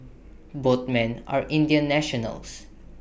both men are Indian nationals